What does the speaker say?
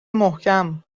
محکم